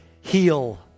heal